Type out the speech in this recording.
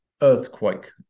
earthquake